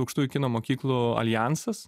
aukštųjų kino mokyklų aljansas